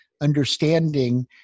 understanding